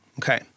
Okay